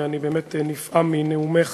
ואני באמת נפעם מנאומך